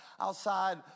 outside